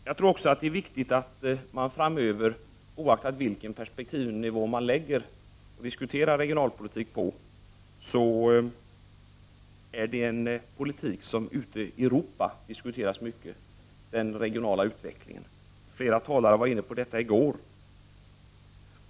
Jag tror att det blir viktigt även framöver, oavsett vilken perspektivnivå man lägger regionalpolitik på och diskuterar den på. Ute i Europa diskuteras den regionala utvecklingen mycket. Flera talare var inne på detta i går.